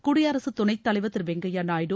குடியரசு துணைத் தலைவர் திரு வெங்கைய நாயுடு